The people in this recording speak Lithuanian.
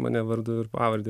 mane vardu ir pavarde